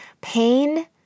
pain